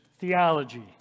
Theology